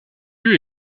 lieu